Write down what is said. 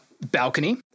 balcony